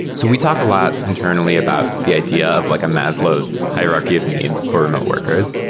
so we talk a lot internally about the idea of like a maslow's hierarchy of needs for remote workers.